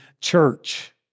church